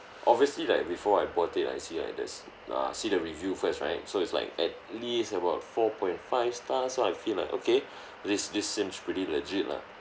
obviously like before I bought it I see like there's uh see the review first right so it's like at least about four point five stars so I feel like okay this this seems pretty legit lah